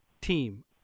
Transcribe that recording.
team